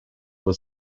was